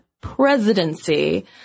presidency